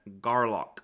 Garlock